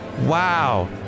Wow